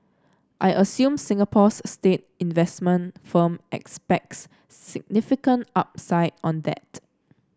I assume Singapore's state investment firm expects significant upside on that